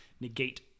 negate